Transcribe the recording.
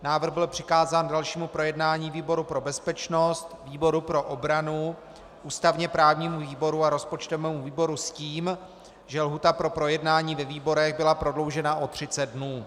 Návrh byl přikázán k dalšímu projednání výboru pro bezpečnost, výboru pro obranu, ústavněprávnímu výboru a rozpočtovému výboru s tím, že lhůta pro projednání ve výborech byla prodloužena o třicet dnů.